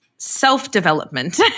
Self-development